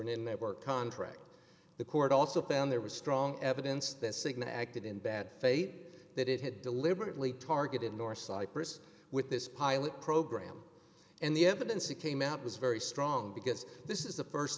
an in their work contract the court also found there was strong evidence that cigna acted in bad faith that it had deliberately targeted nor cyprus with this pilot program and the evidence that came out was very strong because this is the